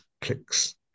clicks